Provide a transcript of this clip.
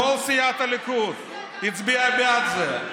כל סיעת הליכוד הצביעה בעד זה.